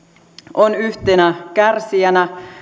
on yhtenä kärsijänä